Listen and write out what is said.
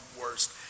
worst